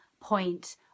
point